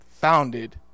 founded